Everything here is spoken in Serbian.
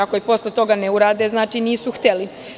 Ako i posle toga ne urade, znači nisu hteli.